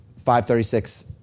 536